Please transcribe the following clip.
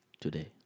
Today